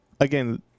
Again